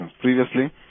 previously